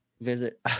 visit